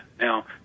Now